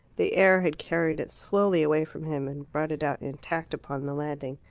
the air had carried it slowly away from him, and brought it out intact upon the landing.